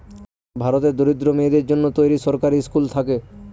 ভারতের দরিদ্র মেয়েদের জন্য তৈরী সরকারি স্কুল থাকে